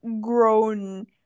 grown